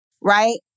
right